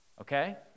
okay